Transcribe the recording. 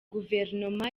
guverinoma